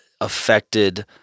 affected